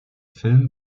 film